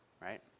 right